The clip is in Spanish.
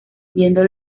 viendo